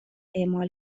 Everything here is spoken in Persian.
اعمال